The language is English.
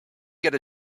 get